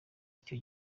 icyo